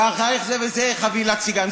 בתאריך זה וזה, חבילת סיגרים.